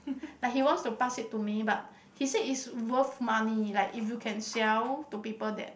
like he wants to pass it to me but he said it's worth money like if you can sell to people that